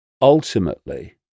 ultimately